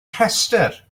rhestr